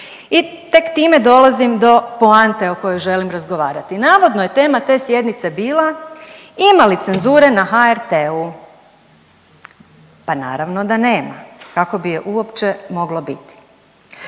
I tek time dolazim do poante o kojoj želim razgovarati. Navodno je tema te sjednice bila, „Ima li cenzure na HRT-u“, pa naravno da nema, kako bi je uopće moglo biti.